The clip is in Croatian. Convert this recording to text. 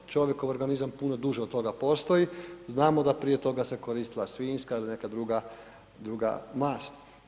Čovjekov organizam puno duže od toga postoji, znamo da prije toga se koristila svinjska ili neka druga, druga mast.